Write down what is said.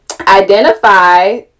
identify